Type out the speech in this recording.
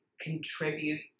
contribute